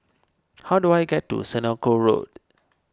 how do I get to Senoko Road